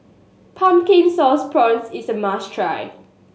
Pumpkin Sauce Prawns is a must try